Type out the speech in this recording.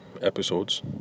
episodes